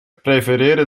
prefereren